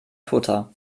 toter